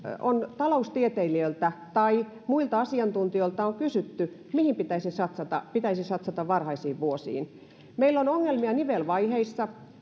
taloustieteilijöiltä tai muilta asiantuntijoilta on kysytty mihin pitäisi satsata he sanovat että pitäisi satsata varhaisiin vuosiin meillä on ongelmia nivelvaiheissa